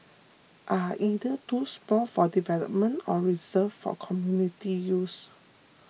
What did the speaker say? are either too small for development or reserved for community use